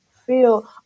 feel